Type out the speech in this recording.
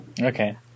okay